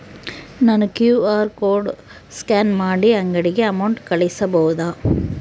ನಾನು QR code scan ಮಾಡಿ ಅಂಗಡಿಗೆ ಅಮೌಂಟ್ ಕಳಿಸಬಹುದಾ?